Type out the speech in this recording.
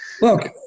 Look